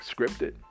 scripted